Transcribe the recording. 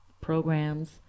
programs